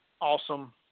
awesome